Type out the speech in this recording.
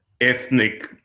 ethnic